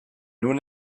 nun